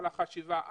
על החשיבה,